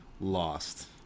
lost